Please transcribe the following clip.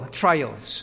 trials